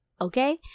okay